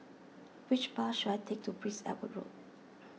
which bus should I take to Prince Edward Road